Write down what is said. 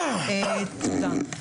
תודה.